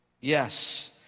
yes